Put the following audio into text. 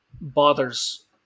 bothers